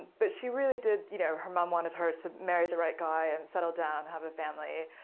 but she really did you know her mom wanted her to marry the right guy and settle down, have a family.